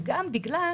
וגם בגלל